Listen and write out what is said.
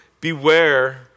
Beware